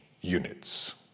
units